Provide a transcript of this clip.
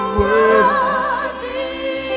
worthy